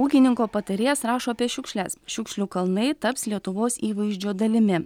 ūkininko patarėjas rašo apie šiukšles šiukšlių kalnai taps lietuvos įvaizdžio dalimi